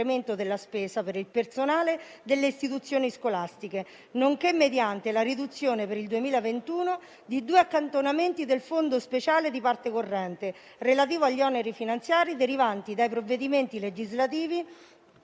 della spesa per il personale delle istituzioni scolastiche, nonché mediante la riduzione per il 2021 di due accantonamenti del Fondo speciale di parte corrente relativo agli oneri finanziari derivanti dai provvedimenti legislativi